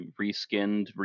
reskinned